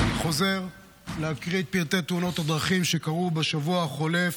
אז אני חוזר להקריא את פרטי תאונות הדרכים שקרו בשבוע החולף.